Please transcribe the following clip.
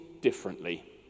differently